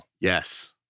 Yes